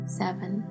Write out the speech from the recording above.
seven